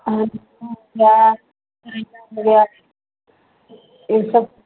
हो गया करेला गया यह सब